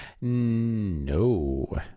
No